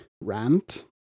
rant